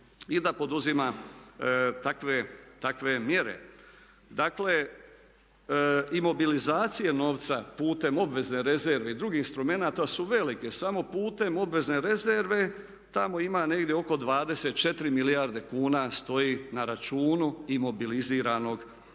i da poduzima takve mjere. Dakle, imobilizacije novca putem obvezne rezerve i drugih instrumenata su velike. Samo putem obvezne rezerve tamo ima negdje oko 24 milijarde kuna stoji na računu imobiliziranog novca.